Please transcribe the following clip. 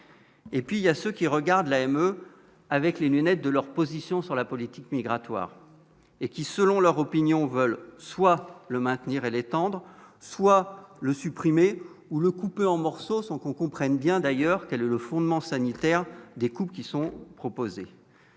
et puis il y a ceux qui regardent la même avec les lunettes de leur position sur la politique migratoire et qui, selon leur opinion veulent soit le maintenir et les tendre soit le supprimer ou le coupent en morceaux sans qu'on comprenne bien d'ailleurs que le fondement sanitaire des coûts qui sont proposées.